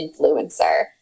Influencer